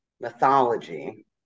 mythology